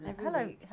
hello